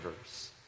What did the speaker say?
verse